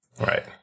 Right